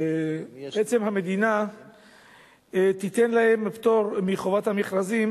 בכך שהמדינה תיתן להם פטור מחובת המכרזים